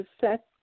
set